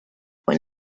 fue